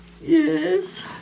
yes